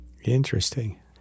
Interesting